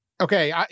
okay